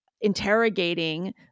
interrogating